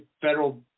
federal